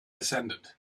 descended